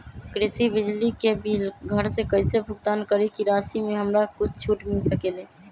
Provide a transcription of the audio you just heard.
कृषि बिजली के बिल घर से कईसे भुगतान करी की राशि मे हमरा कुछ छूट मिल सकेले?